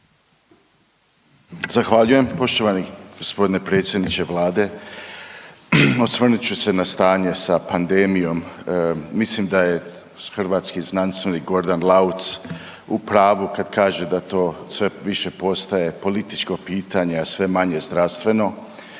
Zahvaljujem. Poštovani g. predsjedniče Vlade. Osvrnut ću se na stanje sa pandemijom, mislim da je hrvatski znanstvenik Gordan Lauc u pravu kad kaže da sve to više postaje političko pitanje, a sve manje zdravstveno.